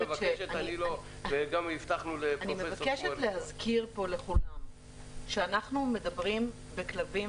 אני מבקשת להזכיר לכולם שאנחנו דנים בכלבים